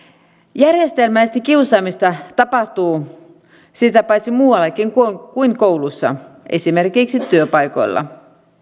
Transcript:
järjestelmällistä kiusaamista tapahtuu sitä paitsi muuallakin kuin kouluissa esimerkiksi työpaikoilla